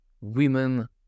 women